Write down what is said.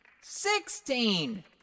sixteen